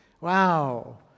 wow